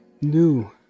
new